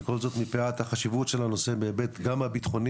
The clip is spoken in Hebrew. וכל זאת מפאת החשיבות של הנושא בהיבט גם הביטחוני